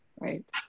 Right